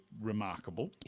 remarkable